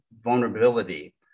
vulnerability